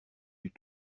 eût